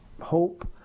hope